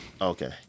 Okay